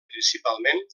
principalment